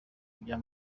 bya